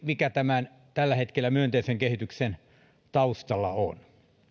mikä tämän tällä hetkellä myönteisen kehityksen taustalla on